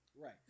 Right